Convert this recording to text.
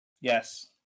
yes